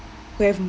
who have